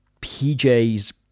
PJ's